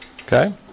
Okay